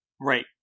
Right